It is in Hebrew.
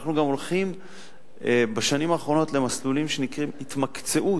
אנחנו גם הולכים בשנים האחרונות למסלולים שנקראים "התמקצעות",